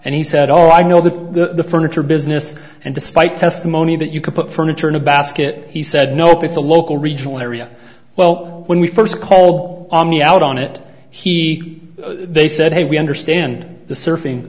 and he said all i know the furniture business and despite testimony that you could put furniture in a basket he said nope it's a local regional area well when we first call me out on it he they said hey we understand the surfing